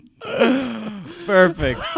Perfect